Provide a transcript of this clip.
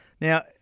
Now